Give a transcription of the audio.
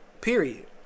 Period